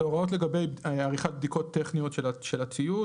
זה הוראות לגבי עריכת בדיקות טכניות של הציוד